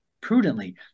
prudently